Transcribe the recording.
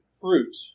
fruit